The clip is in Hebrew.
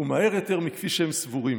ומהר יותר מכפי שהם סבורים.